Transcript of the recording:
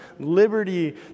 liberty